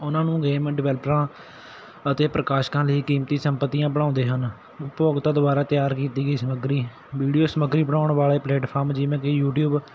ਉਹਨਾਂ ਨੂੰ ਗੇਮ ਡਵੇਲਪਰਾਂ ਅਤੇ ਪ੍ਰਕਾਸ਼ਕਾਂ ਲਈ ਕੀਮਤੀ ਸੰਪੱਤੀਆਂ ਬਣਾਉਂਦੇ ਹਨ ਉਪਭੋਗਤਾ ਦੁਆਰਾ ਤਿਆਰ ਕੀਤੀ ਗਈ ਸਮੱਗਰੀ ਵੀਡੀਓ ਸਮੱਗਰੀ ਬਣਾਉਣ ਵਾਲੇ ਪਲੇਟਫਾਰਮ ਜਿਵੇਂ ਕਿ ਯੂਟਿਊਬ